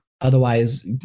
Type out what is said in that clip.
otherwise